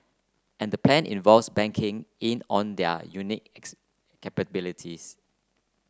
and the plan involves banking in on their unique capabilities